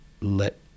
let